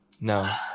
No